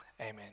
amen